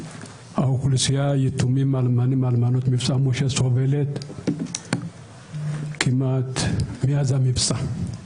האוכלוסייה של יתומים ואלמנים/אלמנות ממבצע משה סובלת כמעט מאז המבצע.